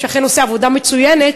שאכן עושה עבודה מצוינת,